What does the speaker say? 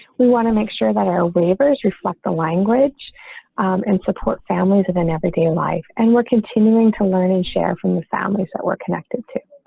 we want to make sure that our waivers you select the language and support families have an everyday life. and we're continuing to learn and share from the families that were connected to